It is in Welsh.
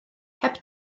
heb